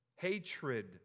hatred